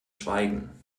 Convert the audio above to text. schweigen